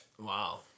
wow